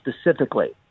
specifically